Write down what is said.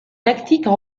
tactiques